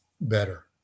better